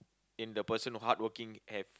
and the person hardworking and